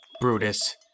Brutus